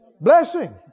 blessing